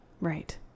Right